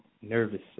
nervous